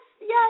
yes